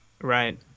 right